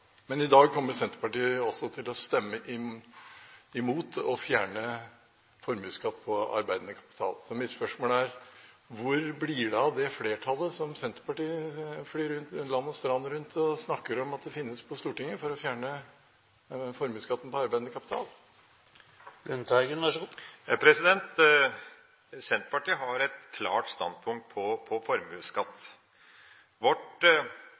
men i dag kommer Senterpartiet til å stemme imot å fjerne formuesskatten på arbeidende kapital. Så mitt spørsmål er: Hvor blir det av det flertallet som Senterpartiet flyr land og strand rundt og snakker om finnes på Stortinget, og som er for å fjerne formuesskatten på arbeidende kapital? Senterpartiet har et klart standpunkt når det gjelder formuesskatt. Vårt